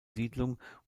siedlung